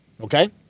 Okay